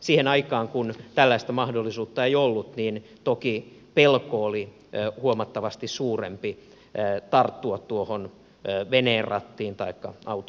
siihen aikaan kun tällaista mahdollisuutta ei ollut toki pelko oli huomattavasti suurempi tarttua tuohon veneen rattiin taikka autonkin rattiin